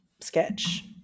sketch